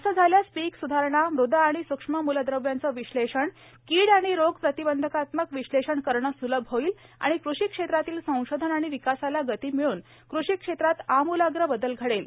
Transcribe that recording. असे झाल्यास पीक सुधारणा मृदा आणि सूक्ष्म मूलद्रव्यांचे विश्लेषण कीड आणि रोग प्रतिबंधकात्मक विश्लेषण करण सुलभ होईल आणि कृषी क्षेत्रातील संशोधन आणि विकासाला गती मिळून कृषी क्षेत्रात आमूलाग्र बदल घडेल